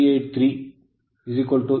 383 88